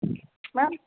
ma'am